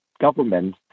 government